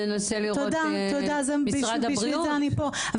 תודה, בשביל זה אני פה.